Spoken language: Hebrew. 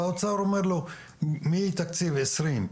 והאוצר אומר לו מתקציב 2021,